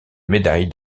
médaille